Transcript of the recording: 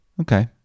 okay